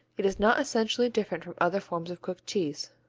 it is not essentially different from other forms of cooked cheese.